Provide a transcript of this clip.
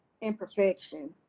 imperfection